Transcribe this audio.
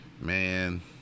man